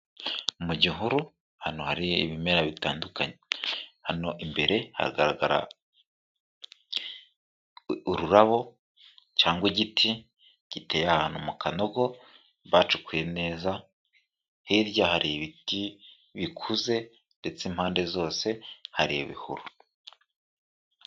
Mu gihuru ahantu hari ibimera bitandukanye, hano imbere haragaragara ururabo cyangwa igiti giteye ahantu mu kanogo bacukuye neza, hirya hari ibiti bikuze ndetse impande zose hari ibihuru.